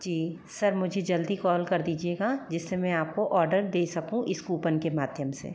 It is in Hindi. जी सर मुझे जल्दी कॉल कर दीजिएगा जिससे मैं आपको ऑर्डर दे सकूँ इस कूपन के माध्यम से